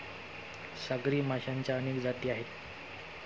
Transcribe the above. सागरी माशांच्या अनेक जाती आहेत